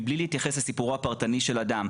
מבלי להתייחס לסיפורו הפרטני של אדם.